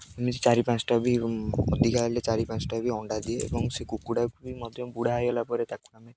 ଏମିତି ଚାରି ପାଞ୍ଚଟା ବି ଅଧିକା ହେଲେ ଚାରି ପାଞ୍ଚଟା ବି ଅଣ୍ଡା ଦିଏ ଏବଂ ସେ କୁକୁଡ଼ାକୁ ବି ମଧ୍ୟ ବୁଢ଼ା ହେଇଗଲା ପରେ ତାକୁ ଆମେ